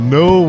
no